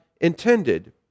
intended